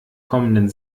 kommenden